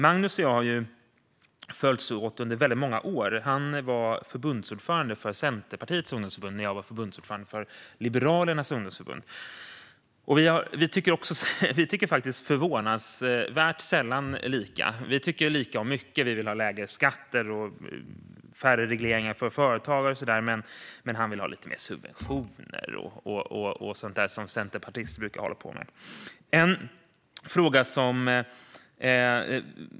Magnus och jag har följts åt under väldigt många år. Han var förbundsordförande för Centerpartiets ungdomsförbund när jag var förbundsordförande för Liberalernas ungdomsförbund. Vi tycker faktiskt förvånansvärt sällan lika. Vi tycker lika om mycket. Vi vill ha lägre skatter, färre regleringar för företag och så vidare. Men han vill ha lite mer subventioner och sådant som centerpartister brukar hålla på med.